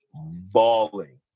bawling